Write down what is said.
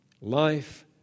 life